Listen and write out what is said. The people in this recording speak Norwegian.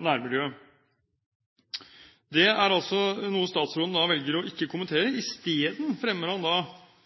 nærmiljøet. Det er noe statsråden velger ikke å kommentere.